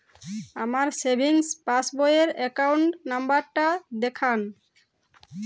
আমার savings passbook র account number টা দেখান?